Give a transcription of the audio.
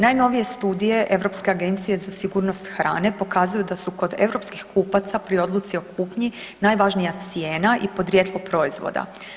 Najnovije studije europske Agencije za sigurnost hrane pokazuju da su kod europskih kupaca pri odluci o kupnji najvažnija cijena i podrijetlo proizvoda.